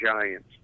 Giants